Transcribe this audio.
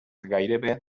gairebé